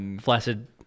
Flaccid